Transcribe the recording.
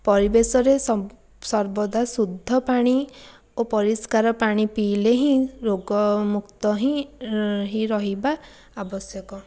ପରିବେଶରେ ସର୍ବଦା ଶୁଦ୍ଧ ପାଣି ଓ ପରିଷ୍କାର ପାଣି ପିଇଲେ ହିଁ ରୋଗମୁକ୍ତ ହିଁ ରହିବା ଆବଶ୍ୟକ